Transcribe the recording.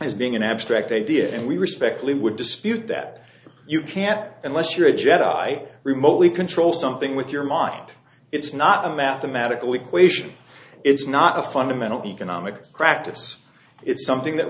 his being an abstract idea and we respectfully would dispute that you can't unless you're a jet i remotely control something with your mind it's not a mathematical equation it's not a fundamental economic crap to us it's something that